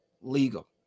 legal